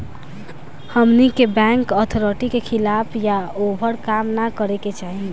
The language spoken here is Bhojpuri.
हमनी के बैंक अथॉरिटी के खिलाफ या ओभर काम न करे के चाही